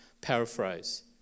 paraphrase